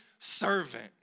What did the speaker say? servant